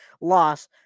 loss